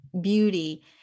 beauty